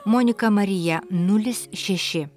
monika marija nulis šeši